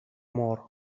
more